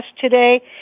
today